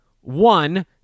one